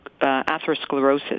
atherosclerosis